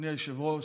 אדוני היושב-ראש,